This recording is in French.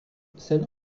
celle